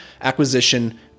acquisition